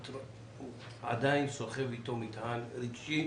אבל הוא עדיין סוחב איתו מטען רגשי,